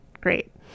Great